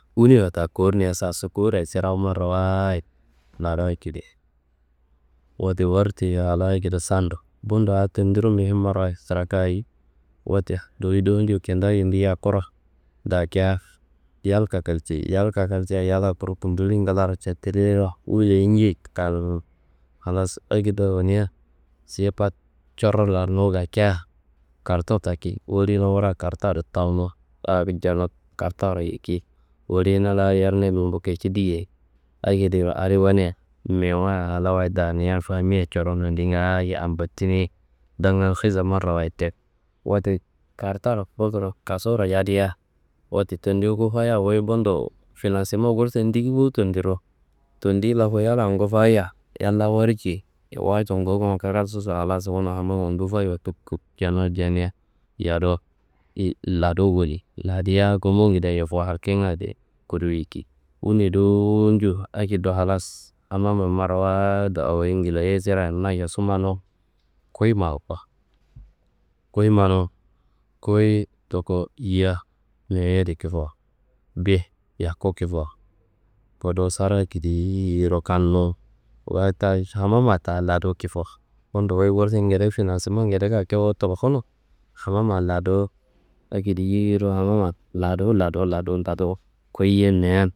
Wuniwa ta kawurunia sasu, kawuru wayi surawu marawayid lalayi jedi, wote warteia, lalangedea sandu. Bundo a tendiro muhim marawayid, kraka ayi? Wote dowuyi dowo ñe kintawu yindi yakuro dakia. Yal kakalcei, yal kakalcia, yalla kuru gunduli nglaro cotuliro wuliyi njeyi kal. Halas akedo awonia siye pat corro lannu gakia, karton taki woliyina wura, kartaro tawunu kartaro yiki woliyina la yerne gumbu kici diye, akediro adi wunia mewu wayi ala wayi daania famia coron andi ngaayo ambatinei. Danga hiza marawayid te, wote kartaro kasuro yadia, wote tendi nguwufaya, wuyi bundo finasema gurse diki bo tendiro. Tendiyi laku yalla nguwufaya yalla warcei, warca ngowongan frasuso, alaso hamama nguwufayiwa kub kub jenu, jenia yadu yil- ladu goni. Ladia gumbungedea yufu halkengadi kuduwu yiki, wuni dowo njo akedo halas. Hamama marawaado awoyi nglayei serean na yosu manu. Kuyi mako, kuyi manu, kuyi tuku ya mewu yedi kifowo. Bih yaku kifowo, kudu sara akediyiro kannu wuta hamama ta ladu kifowo. Bundo wuyi gursu ngede finasema ngede kake wu tulkunu. Hamama ladu akediyiro hamama ladu ladu ladu ladu kuyi yia meye.